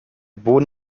boden